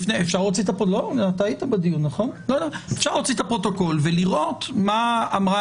אפשר להוציא את הפרוטוקול ולראות מה אמרה